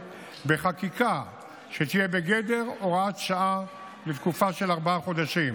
בחקיקה שתהיה בגדר הוראת שעה לתקופה של ארבעה חודשים.